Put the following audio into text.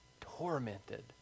Tormented